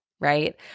right